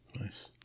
Nice